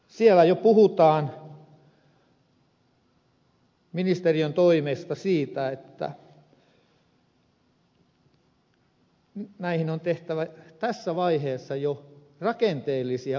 siellä jo puhutaan ministeriön toimesta siitä että näihin on tehtävä tässä vaiheessa jo rakenteellisia uudistuksia